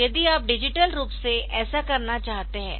तो यदि आप डिजिटल रूप से ऐसा करना चाहते है